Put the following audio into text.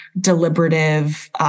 deliberative